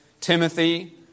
Timothy